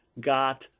got